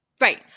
Right